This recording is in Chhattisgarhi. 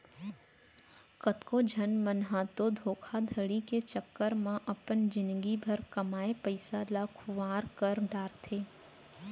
कतको झन मन ह तो धोखाघड़ी के चक्कर म अपन जिनगी भर कमाए पइसा ल खुवार कर डारथे